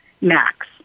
max